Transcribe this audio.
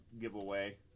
giveaway